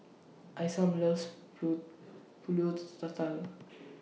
Isam loves Pull Pulut Tatal